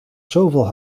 zoveel